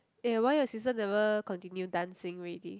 eh why your sister never continue dancing already